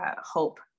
hope